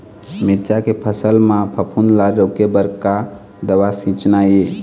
मिरचा के फसल म फफूंद ला रोके बर का दवा सींचना ये?